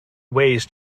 ways